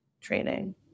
training